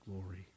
glory